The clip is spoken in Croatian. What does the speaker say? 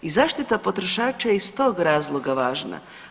I zaštita potrošača je iz tog razloga važna.